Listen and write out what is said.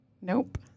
Nope